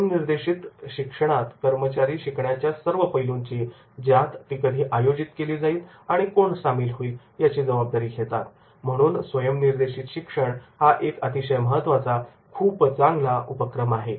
स्वयम् निर्देशित शिक्षणात कर्मचारी शिकण्याच्या सर्व पैलूंची ज्यात ती कधी आयोजित केली जाईल आणि कोण सामील होईल याची जबाबदारी घेतात म्हणून स्वयं निर्देशित शिक्षण हा एक अतिशय महत्वाचा आणि खूप चांगला उपक्रम आहे